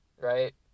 right